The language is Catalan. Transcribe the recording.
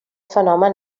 fenomen